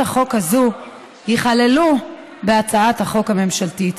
החוק הזאת יכללו בהצעת החוק הממשלתית,